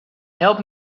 help